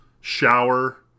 shower